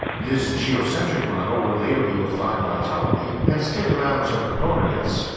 this geocentric model would later be refined by ptolemy and stick around till copernicus,